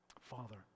Father